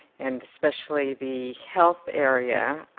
and especially the health area.